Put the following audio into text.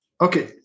Okay